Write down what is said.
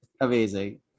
amazing